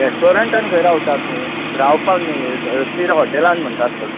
रेस्टोरंटान खंय रावता तूं रावपाक न्ही हॉटेलान म्हणटा आतल